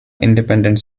independent